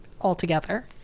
altogether